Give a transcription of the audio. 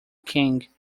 king